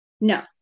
No